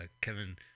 kevin